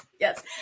yes